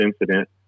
incident